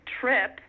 trip